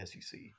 SEC